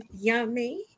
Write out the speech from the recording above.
Yummy